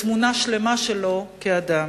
לתמונה שלמה שלו כאדם.